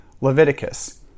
Leviticus